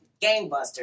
gangbusters